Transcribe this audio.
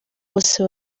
bose